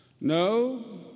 No